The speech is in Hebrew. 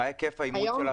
מה ההיקף ה --- של האפליקציה?